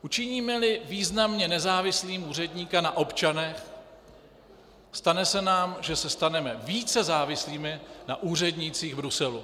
Učinímeli významně nezávislým úředníka na občanech, stane se nám, že se staneme více závislými na úřednících Bruselu.